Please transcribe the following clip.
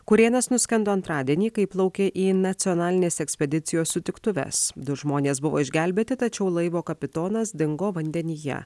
kurėnas nuskendo antradienį kai plaukė į nacionalinės ekspedicijos sutiktuves du žmonės buvo išgelbėti tačiau laivo kapitonas dingo vandenyje